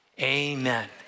Amen